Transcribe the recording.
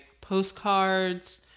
postcards